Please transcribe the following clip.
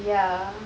ya